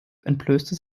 entblößte